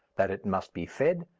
that it must be fed,